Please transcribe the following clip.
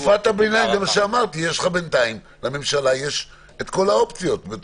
בתקופת הביניים לממשלה יש כל האופציות.